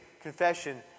confession